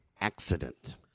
accident